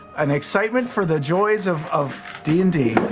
an excitement for the joys of of d and d.